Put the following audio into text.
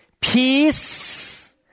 peace